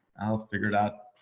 i'll figure it out.